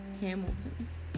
Hamilton's